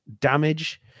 damage